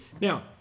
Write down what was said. Now